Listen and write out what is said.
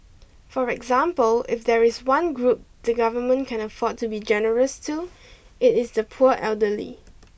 for example if there is one group the Government can afford to be generous to it is the poor elderly